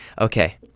Okay